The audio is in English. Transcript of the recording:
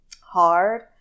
hard